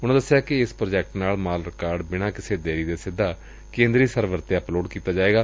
ਉਨੂਾਂ ਦੱਸਿਆ ਕਿ ਇਸ ਪ੍ਰਾਜੈਕਟ ਨਾਲ ਮਾਲ ਰਿਕਾਰਡ ਬਿਨਾਂ ਕਿਸੇ ਦੇਰੀ ਤੋਂ ਸਿੱਧਾ ਕੇਂਦਰੀ ਸਰਵਰ ਉਤੇ ਅਪਡੇਟ ਕੀਤਾ ਜਾਵੇਗਾ